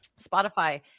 Spotify